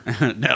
No